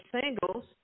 singles